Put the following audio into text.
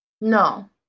No